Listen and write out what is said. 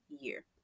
year